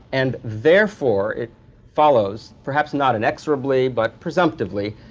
and therefore, it follows, perhaps not inexorably but presumptively,